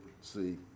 see